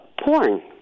porn